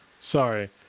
Sorry